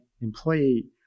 employee